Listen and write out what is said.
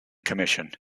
commission